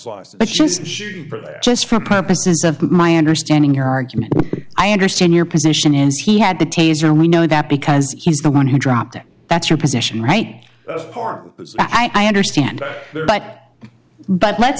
she's just for purposes of my understanding her argument i understand your position is he had the taser we know that because he's the one who dropped it that's your position right far as i understand but but let's